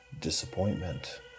disappointment